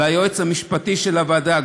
ליועץ המשפטי של הוועדה,